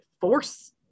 force